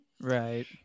right